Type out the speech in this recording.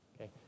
okay